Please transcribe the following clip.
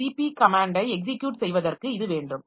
இந்த cp கமேன்டை execute செய்வதற்கு இது வேண்டும்